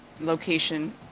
location